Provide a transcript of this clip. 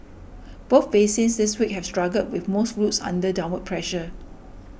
both basins this week have struggled with most routes under downward pressure